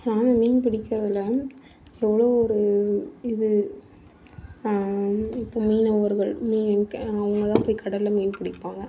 ஆனால் அந்த மீன் பிடிக்கிறதில் எவ்வளோ ஒரு இது இப்போ மீனவர்கள் மீன் அவங்கதான் போய் கடலில் மீன் பிடிப்பாங்க